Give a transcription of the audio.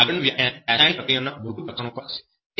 હવે આગળનું વ્યાખ્યાન રાસાયણિક પ્રક્રિયાના મૂળભૂત લક્ષણો પર હશે